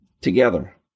together